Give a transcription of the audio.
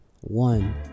one